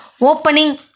opening